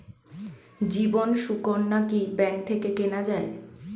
জীবন সুকন্যা কি ব্যাংক থেকে কেনা যায়?